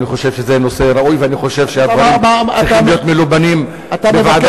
אני חושב שזה נושא ראוי ואני חושב שהדברים צריכים להיות מלובנים בוועדה,